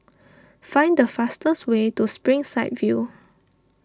find the fastest way to Springside View